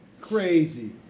Crazy